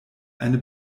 eine